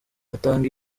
atanga